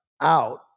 out